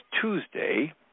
Tuesday